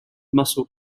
muscle